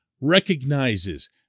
recognizes